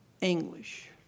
English